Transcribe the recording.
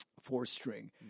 Four-string